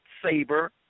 saber